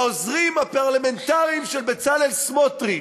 לעוזרים הפרלמנטרים של בצלאל סמוטריץ,